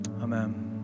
Amen